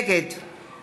נגד